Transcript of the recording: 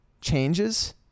changes